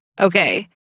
Okay